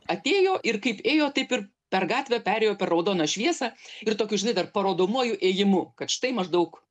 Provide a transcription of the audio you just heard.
atėjo ir kaip ėjo taip ir per gatvę perėjo per raudoną šviesą ir tokiu žinai dar parodomuoju ėjimu kad štai maždaug